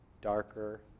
darker